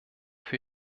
für